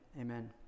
amen